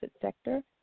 sector